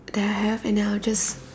that I have and then I'll just